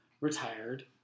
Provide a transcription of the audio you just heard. retired